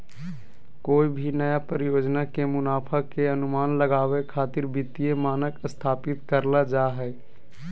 कोय भी नया परियोजना के मुनाफा के अनुमान लगावे खातिर वित्तीय मानक स्थापित करल जा हय